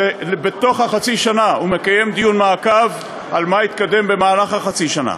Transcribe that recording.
שבתוך חצי השנה הוא יקיים דיון למעקב אחרי מה שהתקדם במהלך חצי השנה.